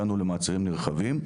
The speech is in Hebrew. הגענו למעצרים נרחבים,